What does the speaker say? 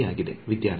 ವಿದ್ಯಾರ್ಥಿ ಕಾಸ್ ಹೆಚ್